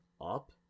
up